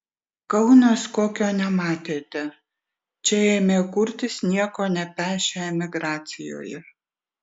kaunas kokio nematėte čia ėmė kurtis nieko nepešę emigracijoje